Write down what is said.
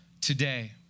today